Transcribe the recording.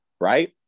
right